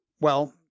Well-